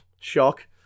shock